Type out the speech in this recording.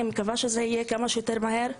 אני מקווה שזה יקרה כמה שיותר מהר.